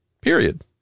period